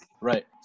right